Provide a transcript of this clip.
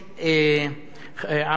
עמיתי,